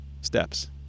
steps